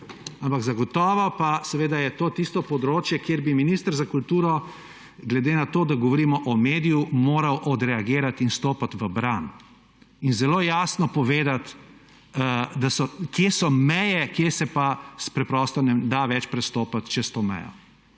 ampak zagotovo pa seveda je to tisto področje, kjer bi minister za kulturo glede na to, da govorimo o mediju, moral odreagirati in stopiti v bran in zelo jasno povedati, kje so meje, kje se pa preprosto ne da več prestopiti čez to mejo.